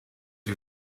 you